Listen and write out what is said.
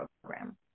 program